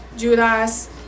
Judas